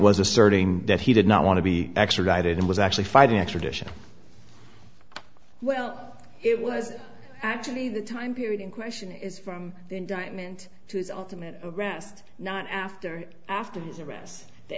was asserting that he did not want to be extradited and was actually fighting extradition well it was actually the time period in question is from the indictment to his ultimate arrest not after after his arrest the